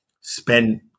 Spend